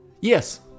Yes